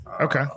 Okay